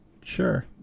sure